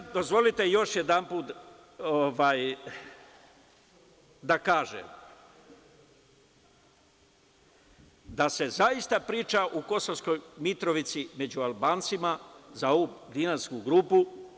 Dozvolite još jedanput da kažem da se zaista priča u Kosovskoj Mitrovici među Albancima za ovu Gnjilansku grupu.